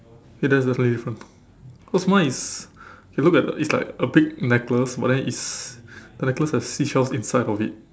K that's definitely different cause mine is it look like a it's like a big necklace but then it's a necklace that has seashells inside of it